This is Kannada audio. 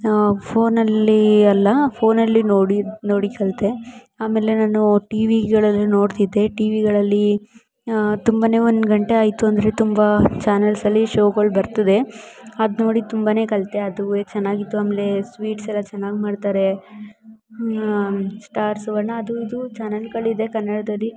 ಫೋನಲ್ಲಿ ಎಲ್ಲ ಫೋನಲ್ಲಿ ನೋಡಿ ನೋಡಿ ಕಲಿತೆ ಆಮೇಲೆ ನಾನು ಟಿವಿಗಳಲ್ಲಿ ನೋಡ್ತಿದ್ದೆ ಟಿವಿಗಳಲ್ಲಿ ತುಂಬ ಒಂದು ಗಂಟೆ ಆಯಿತು ಅಂದರೆ ತುಂಬ ಚಾನೆಲ್ಸ್ ಅಲ್ಲಿ ಶೋಗಳು ಬರ್ತದೆ ಅದು ನೋಡಿ ತುಂಬ ಕಲಿತೆ ಅದು ಚೆನ್ನಾಗಿತ್ತು ಆಮೇಲೆ ಸ್ವೀಟ್ಸ್ ಎಲ್ಲ ಚೆನ್ನಾಗಿ ಮಾಡ್ತಾರೆ ಸ್ಟಾರ್ ಸುವರ್ಣ ಅದು ಇದು ಚಾನಲ್ಗಳಿದೆ ಕನ್ನಡದಲ್ಲಿ